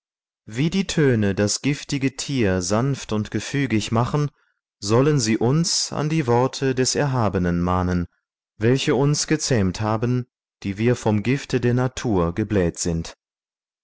wie die töne das giftige tier sanft und gefügig machen sollen sie uns an die worte des erhabenen mahnen welche uns gezähmt haben die wir vom gifte der natur gebläht sind